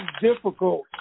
difficult